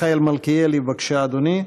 חבר הכנסת מיכאל מלכיאלי, בבקשה, אדוני,